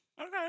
Okay